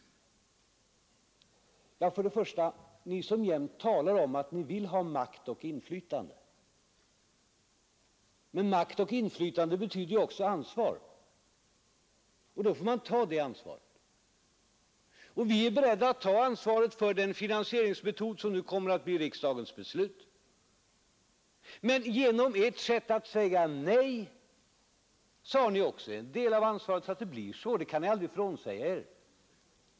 För det första: Ni talar jämt om att ni vill ha makt och inflytande. Men makt och inflytande betyder ju också ansvar, och då får man ta det ansvaret. Vi är beredda att ta ansvaret för den finansieringsmetod som nu kommer att bli riksdagens beslut. Men genom ert sätt att säga nej har ni också en del av ansvaret för att det blir så. Det kan ni aldrig frånsäga er.